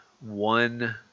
one